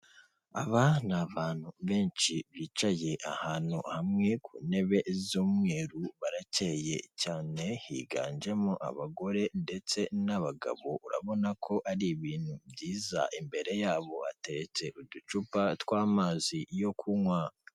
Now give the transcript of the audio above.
Aba ni abantu benshi bicaye ahantu hamwe ku ntebe z'umweru, baracyeye cyane higanjemo abagore ndetse n'abagabo, urabona ko ari ibintu byiza imbere yabo hateretse uducupa tw'amazi yo kunywa.